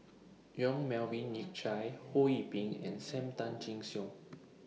Yong Melvin Yik Chye Ho Yee Ping and SAM Tan Chin Siong